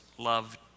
love